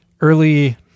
early